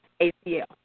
ACL